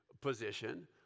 position